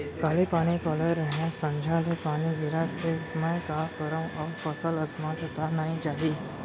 काली पानी पलोय रहेंव, संझा ले पानी गिरत हे, मैं का करंव अऊ फसल असमर्थ त नई जाही?